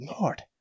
lord